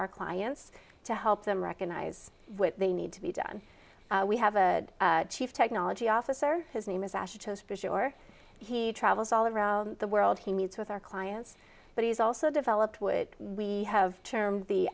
our clients to help them recognize what they need to be done we have a chief technology officer his name is ashley chose or he travels all around the world he meets with our clients but he's also developed would we have termed the